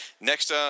Next